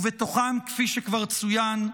ובתוכם, כפי שכבר צוין,